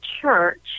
church